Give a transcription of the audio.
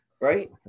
right